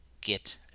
get